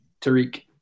Tariq